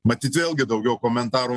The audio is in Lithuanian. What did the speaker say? matyt vėlgi daugiau komentarų